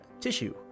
tissue